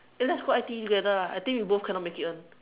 eh let's go I_T_E together lah I think we both cannot make it [one]